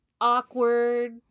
awkward